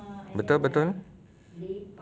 betul betul